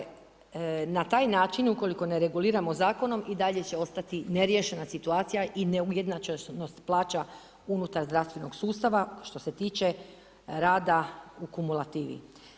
Dakle, na taj način ukoliko ne reguliramo zakonom i dalje će ostati neriješena situacija i ne ujednačenost plaća unutar zdravstvenog sustava što se tiče rada u kumulativi.